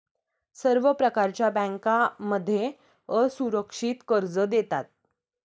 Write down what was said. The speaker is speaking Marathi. सर्व प्रकारच्या बँकांमध्ये असुरक्षित कर्ज देतात